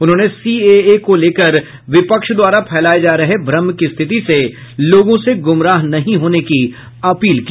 उन्होंने सीएए को लेकर विपक्ष द्वारा फैलाये जा रहे भ्रम की स्थिति से लोगों से गुमराह नहीं होने की अपील की